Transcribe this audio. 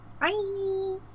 Bye